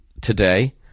today